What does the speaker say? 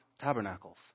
tabernacles